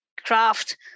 craft